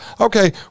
okay